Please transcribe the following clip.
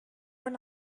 were